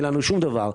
אין לנו שום דבר.